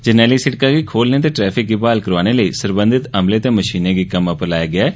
जरनैली सिड़कै गी खोलने ते ट्रैफिक गी ब्हाल करोआने लेई सरबंधत अमले ते मशीनें गी कम्मै पर लाया गेदा ऐ